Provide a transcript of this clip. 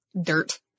dirt